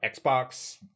Xbox